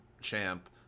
champ